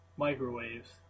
microwaves